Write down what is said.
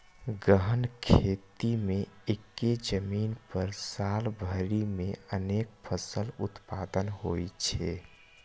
गहन खेती मे एक्के जमीन पर साल भरि मे अनेक फसल उत्पादन होइ छै